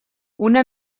una